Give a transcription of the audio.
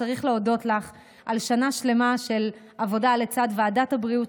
צריך להודות לך על שנה שלמה של עבודה לצד ועדת הבריאות,